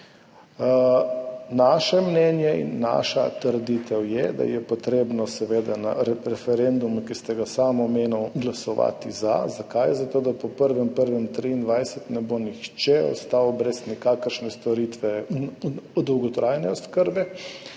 Naše mnenje in naša trditev je, da je potrebno, seveda, na referendumu, ki ste ga sami omenili, glasovati za. Zakaj? Zato, da po 1. 1. 2023 ne bo nihče ostal brez storitve dolgotrajne oskrbe,